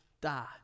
die